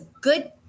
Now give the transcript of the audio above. good